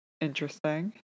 interesting